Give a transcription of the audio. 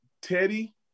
Teddy